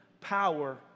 power